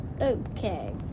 okay